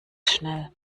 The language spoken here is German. schnell